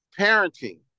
Parenting